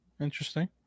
Interesting